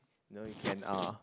know you can uh